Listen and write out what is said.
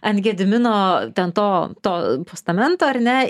ant gedimino ten to to postamento ar ne